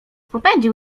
popędził